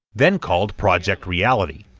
then called project reality,